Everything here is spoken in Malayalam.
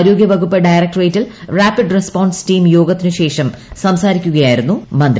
ആരോഗ്യ വകുപ്പ് ഡയറക്ടറേറ്റിൽ റാപ്പിഡ് റെസ്പോൺസ് ടീം യോഗത്തിന് ശേഷം സംസാരിക്കുകയായിരുന്നു മന്ത്രി